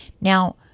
Now